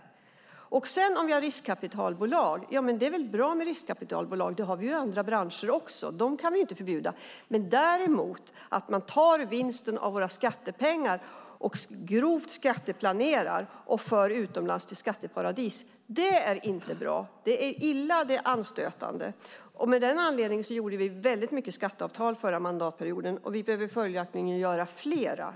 Vidare har vi detta med riskkapitalbolag. Det är väl bra med riskkapitalbolag. Dessa finns också inom andra branscher och dessa kan vi inte förbjuda. Att man däremot tar vinsten från våra skattepengar och grovt skatteplanerar för att sedan föra ut pengarna till skatteparadis utomlands är inte bra. Det är illa och anstötligt. Av den anledningen har vi träffat många skatteavtal. Men tydligen behöver vi träffa fler sådana.